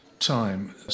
time